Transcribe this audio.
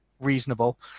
reasonable